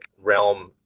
realm